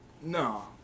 No